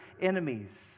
enemies